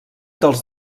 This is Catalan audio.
dels